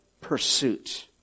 Pursuit